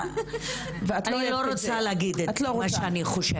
ואני לא רוצה להגיד מה שאני חושבת.